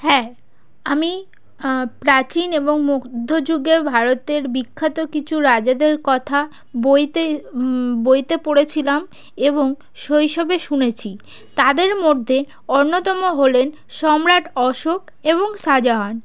হ্যাঁ আমি প্রাচীন এবং মধ্য যুগে ভারতের বিখ্যাত কিছু রাজাদের কথা বইতে বইতে পড়েছিলাম এবং শৈশবে শুনেছি তাদের মধ্যে অন্যতম হলেন সম্রাট অশোক এবং শাজাহান